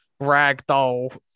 ragdoll